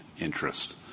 interest